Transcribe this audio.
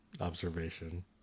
Observation